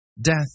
Death